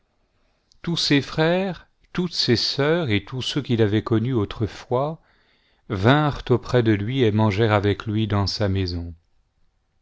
tous ses frères toutes ses sœurs et tous ceux qui l'avaient connu autrefois vinrent auprès de lui et mangèrent avec lui dans sa maison